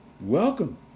Welcome